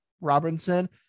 Robinson